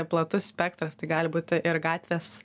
platus spektras tai gali būti ir gatvės